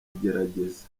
igerageza